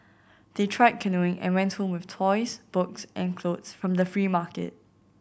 they tried canoeing and went with toys books and clothes from the free market